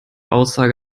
aussage